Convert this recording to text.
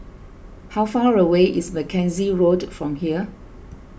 how far away is Mackenzie Road from here